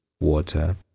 water